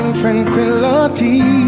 tranquility